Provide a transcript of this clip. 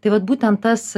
tai vat būtent tas